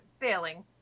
failing